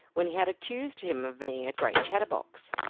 when he had accused him of being a great chatter-box.